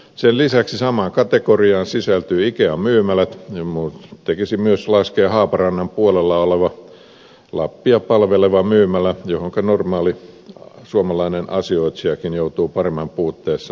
sen lisäksi samaan kategoriaan sisältyvät ikean myymälät joihin minun tekisi mieli laskea myös haaparannan puolella oleva lappia palveleva myymälä johon normaali suomalainen asioitsijakin joutuu paremman puutteessa turvautumaan